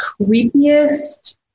creepiest